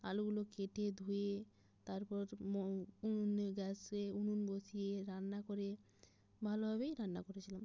আলুগুলো কেটে ধুয়ে তারপর উনুনে গ্যাসে উনুন বসিয়ে রান্না করে ভালোভাবেই রান্না করেছিলাম